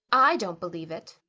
i don't believe it,